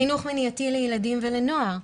חינוך מניעתי לילדים ולנוער,